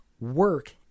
work